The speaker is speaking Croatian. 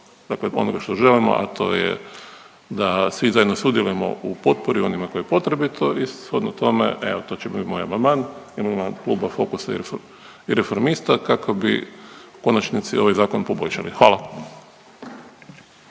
dakle onoga što želimo, a to je da svi zajedno sudjelujemo u potpori onima kojima je potrebito i shodno tome, evo to će biti moj amandman. Amandman Kluba Fokusa i reformista kako bi u konačnici ovaj zakon poboljšali. Hvala.